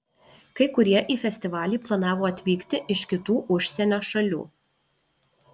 kai kurie į festivalį planavo atvykti iš kitų užsienio šalių